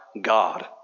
God